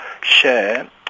share